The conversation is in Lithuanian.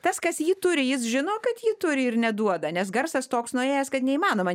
tas kas jį turi jis žino kad jį turi ir neduoda nes garsas toks nuėjęs kad neįmanoma